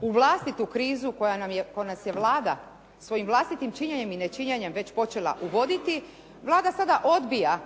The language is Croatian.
u vlastitu krizu koja nas je Vlada svojim vlastitim činjenjem i ne činjenjem već počela uvoditi, Vlada sada odbija